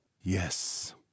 Yes